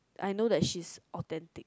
I know that she's authentic